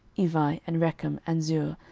evi, and rekem, and zur,